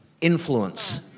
influence